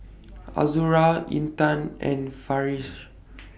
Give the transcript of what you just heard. Azura Intan and Farish